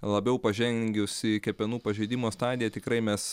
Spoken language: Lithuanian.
labiau pažengusi kepenų pažeidimo stadija tikrai mes